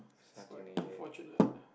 it's quite unfortunate